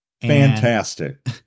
Fantastic